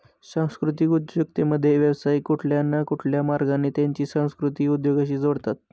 सांस्कृतिक उद्योजकतेमध्ये, व्यावसायिक कुठल्या न कुठल्या मार्गाने त्यांची संस्कृती उद्योगाशी जोडतात